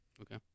Okay